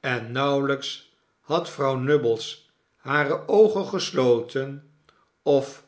en nauwelijks had vrouw nubbles hare oogen gesloten of